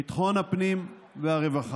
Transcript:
ביטחון הפנים והרווחה.